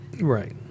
Right